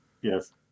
Yes